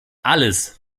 alles